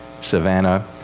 Savannah